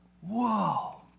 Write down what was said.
whoa